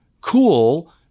cool